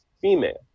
female